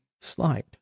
Slide